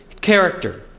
character